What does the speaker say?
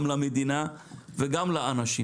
גם למדינה וגם לאנשים